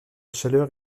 chaleur